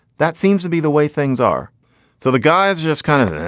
that seems to be the way things are so the guys just kind of.